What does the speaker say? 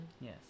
Yes